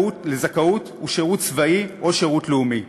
לזכאות הוא שירות צבאי או שירות לאומי.